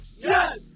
Yes